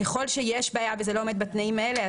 ככל שיש בעיה וזה לא עומד בתנאים האלה,